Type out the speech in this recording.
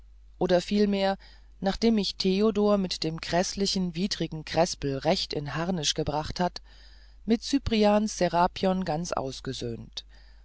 oder vielmehr nachdem mich theodor mit dem häßlichen widrigen krespel recht in harnisch gebracht hat mit cyprians serapion ganz ausgesöhnt